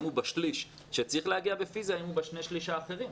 הוא בשליש שצריך להגיע בפיזי או אם הוא בשני השליש האחרים.